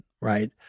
right